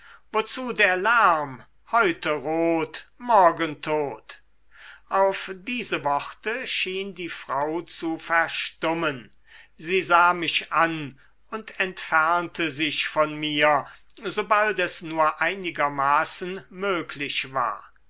wozu der lärm heute rot morgen tot auf diese worte schien die frau zu verstummen sie sah mich an und entfernte sich von mir sobald es nur einigermaßen möglich war